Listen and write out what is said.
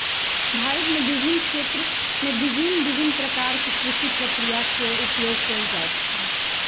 भारत में विभिन्न क्षेत्र में भिन्न भिन्न प्रकारक कृषि प्रक्रियाक उपयोग कएल जाइत अछि